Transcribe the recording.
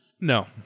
No